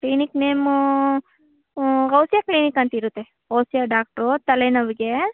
clinic name ಓಸಿಯಾ clinic ಅಂತಿರುತ್ತೆ ಓಸಿಯಾ ಡಾಕ್ಟ್ರು ತಲೆನೋವಿಗೆ